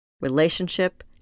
relationship